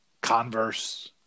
Converse